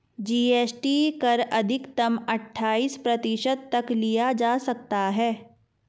GST कर अधिकतम अठाइस प्रतिशत तक लिया जा सकता है